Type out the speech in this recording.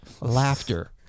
laughter